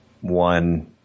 one